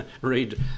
read